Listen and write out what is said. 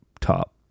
top